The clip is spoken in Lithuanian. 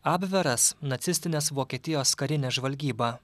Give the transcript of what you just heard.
abveras nacistinės vokietijos karinė žvalgyba